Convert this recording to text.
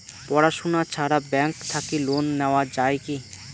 পড়াশুনা ছাড়া ব্যাংক থাকি লোন নেওয়া যায় কি?